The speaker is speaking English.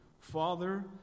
Father